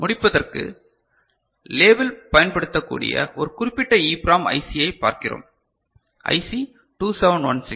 முடிப்பதற்கு லேபில் பயன்படுத்தக்கூடிய ஒரு குறிப்பிட்ட EPROM ஐசியை பார்க்கிறோம் ஐசி 2716